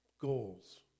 goals